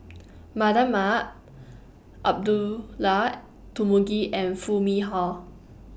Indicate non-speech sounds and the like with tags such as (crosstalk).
(noise) Mardan Mamat Abdullah Tarmugi and Foo Mee Har